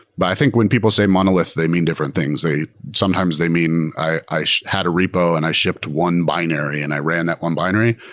but i think when people say monolith, they mean different things. sometimes they mean i i had a repo and i shipped one binary and i ran that one binary.